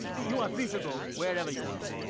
you are free to go wherever you want.